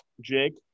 Jake